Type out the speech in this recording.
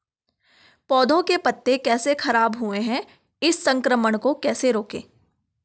पौधों के पत्ते कैसे खराब हुए हैं इस संक्रमण को कैसे रोकें?